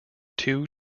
two